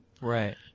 Right